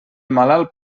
malalt